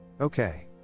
Okay